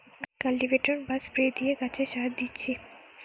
cultivator বা spray দিয়ে গাছে সার দিচ্ছি